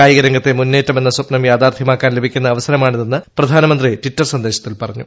കായികരംഗത്തെ മുന്നേറ്റം എന്ന സ്വപ്നം യാഥാർത്ഥ്യമാക്കാൻ ലഭിക്കുന്ന അവസരമാണിതെന്ന് പ്രധാനമന്ത്രി ട്വിറ്റർ സന്ദേശത്തിൽ പറഞ്ഞു